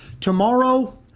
tomorrow